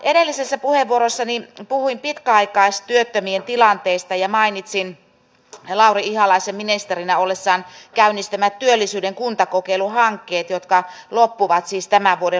edellisessä puheenvuorossani puhuin pitkäaikaistyöttömien tilanteesta ja mainitsin lauri ihalaisen ministerinä ollessaan käynnistämät työllisyyden kuntakokeiluhankkeet jotka loppuvat siis tämän vuoden lopussa